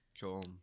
Cool